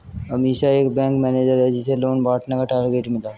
अमीषा एक bank manager है जिसे लोन बांटने का टारगेट मिला